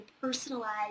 personalized